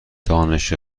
دانش